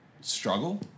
struggle